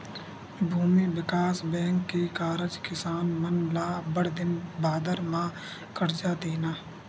भूमि बिकास बेंक के कारज किसान मन ल अब्बड़ दिन बादर म करजा देना